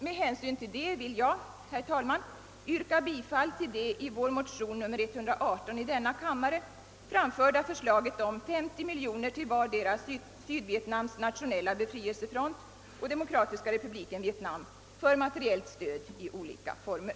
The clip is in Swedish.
Med hänsyn till det vill jag, herr talman, yrka bifall till det i vår motion nr 118 i denna kammare framförda förslaget om 50 miljoner till vardera Sydvietnams nationella befrielsefront och Demokratiska republiken Vietnam för materiellt stöd i olika former.